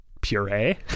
puree